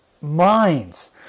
minds